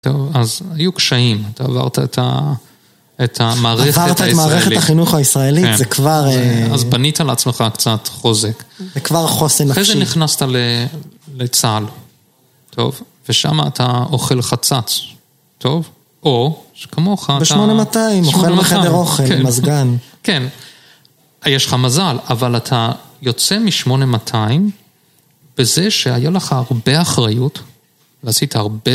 טוב, אז היו קשיים, אתה עברת את המערכת הישראלית. עברת את מערכת החינוך הישראלית, זה כבר... אז בנית על עצמך קצת חוזק. זה כבר חוסן ננפשי. אחרי זה נכנסת לצה"ל, טוב? ושם אתה אוכל חצץ, טוב? או שכמוך אתה... בשמונה מאתיים, אוכל בחדר אוכל, מזגן. כן, יש לך מזל, אבל אתה יוצא משמונה מאתיים, בזה שהיו לך הרבה אחריות, ועשית הרבה...